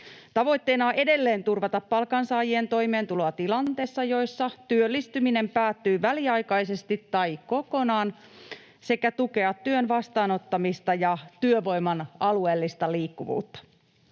Tavoitteena on edelleen turvata palkansaajien toimeentuloa tilanteissa, joissa työllistyminen päättyy väliaikaisesti tai kokonaan, sekä tukea työn vastaanottamista ja työvoiman alueellista liikkuvuutta.